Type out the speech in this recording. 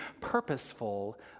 purposeful